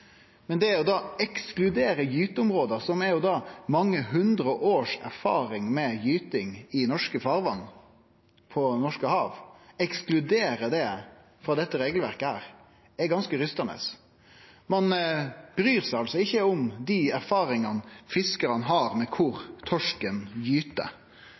Men det å ekskludere gyteområda, som ein har erfaring med frå mange hundre år med gyting i norske farvatn og norske hav, frå dette regelverket, er ganske oppskakande. Ein bryr seg altså ikkje om dei erfaringane fiskarane har med kor torsken gyter,